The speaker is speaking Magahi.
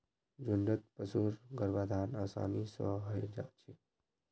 झुण्डत पशुर गर्भाधान आसानी स हई जा छेक